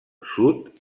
sud